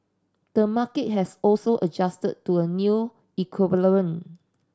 the market has also adjusted to a new equilibrium